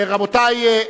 רבותי.